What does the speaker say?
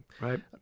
right